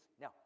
now